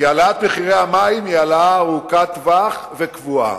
כי העלאת מחירי המים היא העלאה ארוכת טווח וקבועה.